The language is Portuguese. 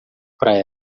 para